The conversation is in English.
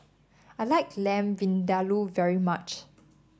I like Lamb Vindaloo very much